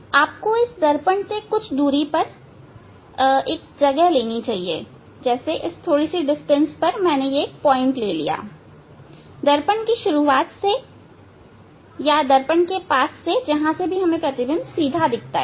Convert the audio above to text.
आपको इस दर्पण से कुछ दूरी पर कुछ दूरी पर एक जगह लेनी चाहिए दर्पण की शुरुआत से दर्पण के पास से जहां से सीधा प्रतिबिंब आप देख सके